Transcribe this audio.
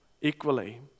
equally